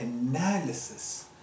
analysis